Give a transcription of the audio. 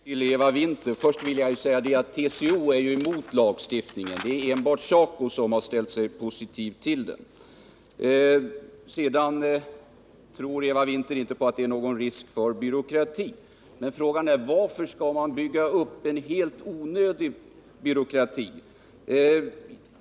Herr talman! Jag vill närmast ge en replik till Eva Winther. Till att börja med vill jag säga att TCO är emot lagstiftningen. Det är enbart SACO som har ställt sig positiv till den. Sedan tror inte Eva Winther att det är någon risk för byråkrati. Men frågan är: Varför skall man bygga upp en helt onödig byråkrati?